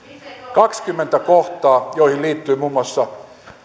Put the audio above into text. kahdeskymmenes kohtaa joihin liittyy muun muassa